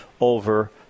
over